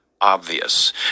obvious